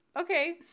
okay